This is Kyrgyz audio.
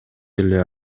эле